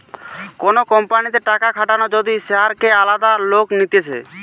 কোন কোম্পানিতে টাকা খাটানো যদি শেয়ারকে আলাদা লোক নিতেছে